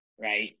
Right